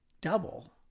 double